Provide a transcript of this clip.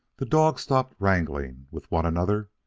the dogs stopped wrangling with one another,